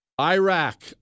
Iraq